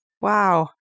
wow